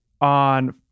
on